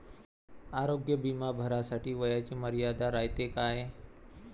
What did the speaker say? आरोग्य बिमा भरासाठी वयाची मर्यादा रायते काय?